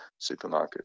supermarkets